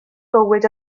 bywyd